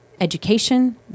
education